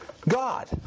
God